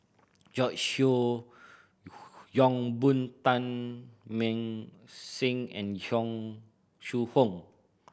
George Yeo Yong Boon Teng Mah Seng and Yong Shu Hoong